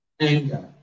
anger